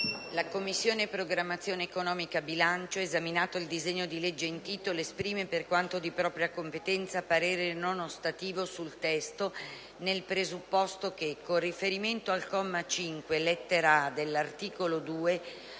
«La Commissione programmazione economica, bilancio, esaminato il disegno di legge in titolo, esprime, per quanto di propria competenza, parere non ostativo sul testo nel presupposto che: - con riferimento al comma 5, lettera *a)* dell'articolo 2,